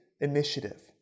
initiative